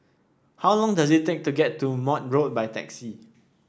how long does it take to get to Maude Road by taxi